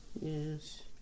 Yes